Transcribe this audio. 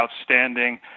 outstanding